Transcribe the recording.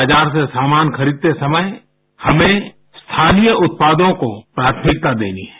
बाजार से सामान खरीदते समय हमें स्थानीय उत्पादों कोप्राथमिकता देनी है